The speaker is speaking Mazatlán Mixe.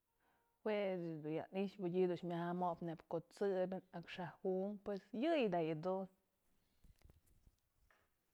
Jue ëch dun da'a ya ni'xë mëdyë dun myaja'a mopë neyb ko'o t'sëbyën, a'ak xaj unkë pues yëyë da'a yëdun.